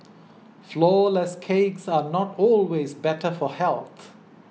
Flourless Cakes are not always better for health